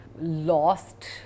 lost